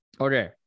Okay